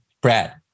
Brad